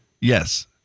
Yes